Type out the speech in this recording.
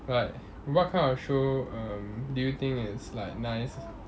but what kind of show um do you think is like nice